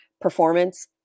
performance